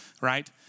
right